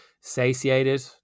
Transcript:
satiated